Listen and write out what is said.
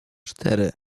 cztery